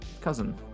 cousin